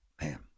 Man